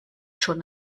schon